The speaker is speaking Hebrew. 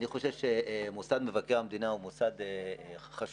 אני חושב שמוסד מבקר המדינה הוא מוסד חשוב,